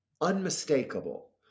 unmistakable